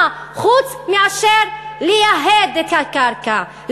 חוץ מאשר לייהד את הקרקע,